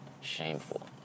shameful